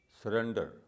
surrender